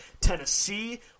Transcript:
Tennessee